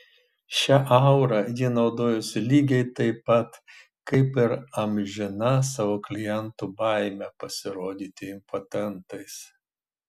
šia aura ji naudojosi lygiai taip pat kaip ir amžina savo klientų baime pasirodyti impotentais